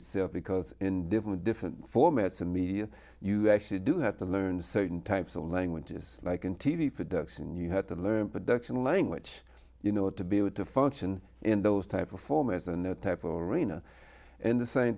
itself because in different different formats and media you actually do have to learn certain types of language just like in t v production you had to learn production language you know to be able to function in those type of formats and that type of arena and the same